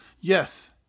Yes